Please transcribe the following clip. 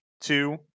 two